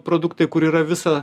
produktai kur yra visa